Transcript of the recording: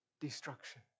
destruction